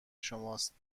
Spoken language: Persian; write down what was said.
شماست